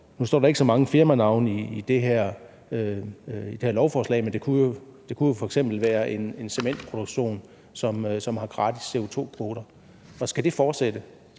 Nu står der ikke så mange firmanavne i det her lovforslag, men det kunne jo f.eks. være en cementproduktion, som har gratis CO2-kvoter, og skal det fortsætte?